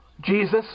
Jesus